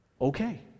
okay